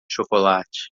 chocolate